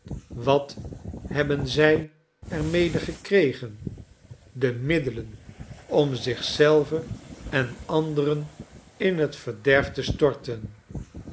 wat hebben zij er mede gekregen de middeien om zich zelven en anderen in het verderf te storten